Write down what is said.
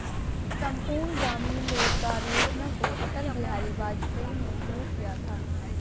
संपूर्ण ग्रामीण रोजगार योजना को अटल बिहारी वाजपेयी ने शुरू किया था